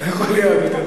יכול להיות.